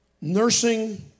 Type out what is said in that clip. nursing